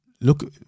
look